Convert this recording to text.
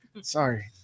sorry